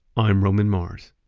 i'm roman mars